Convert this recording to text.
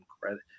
credit